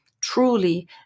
truly